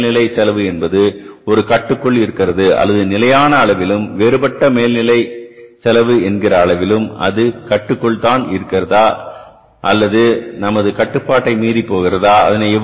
மொத்த மேல் நிலை செலவு என்பது ஒரு கட்டுக்குள் இருக்கிறது அல்லது அது நிலையான அளவிலும் வேறுபட்ட மேல் நிலை செலவு என்கிற அளவிலும் அது கட்டுக்குள் தான் இருக்கிறதா நல்லது நமது கட்டுப்பாட்டை மீறி போகிறதா